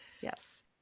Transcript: Yes